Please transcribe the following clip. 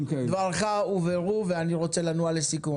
דבריך הובהרו ואני רוצה לנוע לסיכום,